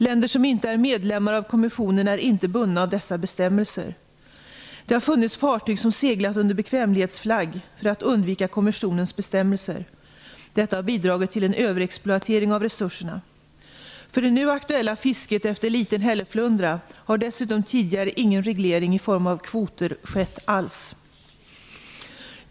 Länder som inte är medlemmar av kommissionen är inte bundna av dessa bestämmelser. Det har funnits fartyg som seglat under bekvämlighetsflagg för att undvika kommissionens bestämmelser. Detta har bidragit till en överexploatering av resurserna. För det nu aktuella fisket efter liten hälleflundra har dessutom tidigare ingen reglering i form av kvoter skett alls.